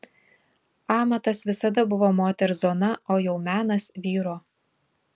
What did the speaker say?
amatas visada buvo moters zona o jau menas vyro